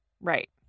Right